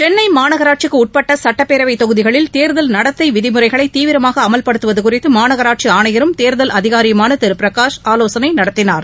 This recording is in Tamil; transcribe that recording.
சென்னை மாநகராட்சிக்குட்பட்ட சட்டப்பேரவைத்தொகுதிகளில் தேர்தல் நடத்தை விதிமுறைகளை தீவிரமாக அமல்படுத்துவது குறித்து மாநகராட்சி ஆணையரும் தேர்தல் அதிகாரியுமான திரு பிரகாஷ் ஆலோசனை நடத்தினார்